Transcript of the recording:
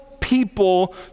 people